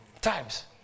times